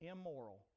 immoral